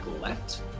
left